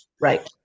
right